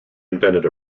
invented